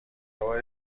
بار